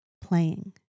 playing